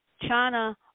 China